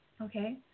Okay